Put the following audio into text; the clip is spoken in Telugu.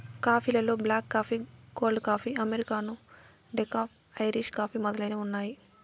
కాఫీ లలో black coffee, cold coffee, americano, decaf, Irish coffee మొదలైనవి ఉన్నాయి